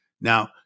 Now